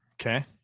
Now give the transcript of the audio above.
Okay